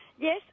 Yes